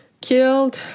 killed